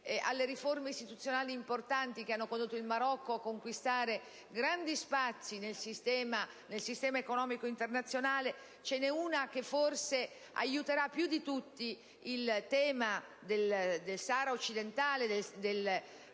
alle riforme istituzionali importanti che hanno condotto il Marocco a conquistare grandi spazi nel sistema economico internazionale, ve ne è una che forse aiuterà più di tutte per il problema del Sahara occidentale e del